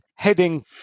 heading